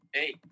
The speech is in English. hey